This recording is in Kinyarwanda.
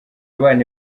abana